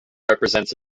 represents